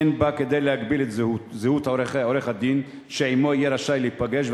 אין בה כדי להגביל את זהות עורך-הדין שעמו יהיה רשאי להיפגש,